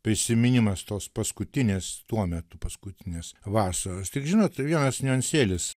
prisiminimas tos paskutinės tuo metu paskutinės vasaros tik žinot vienas niuansėlis